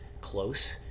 close